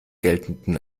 geltenden